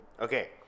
Okay